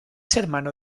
hermano